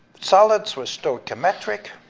solids were stoichiometric,